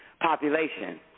population